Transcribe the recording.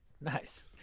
Nice